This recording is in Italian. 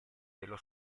dello